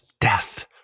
death